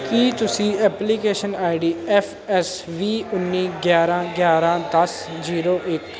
ਕੀ ਤੁਸੀਂ application I D F S ਵੀਹ ਉੱਨੀ ਗਿਆਰਾਂ ਗਿਆਰਾਂ ਦਸ ਜੀਰੋ ਇੱਕ